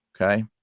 Okay